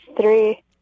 three